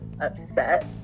upset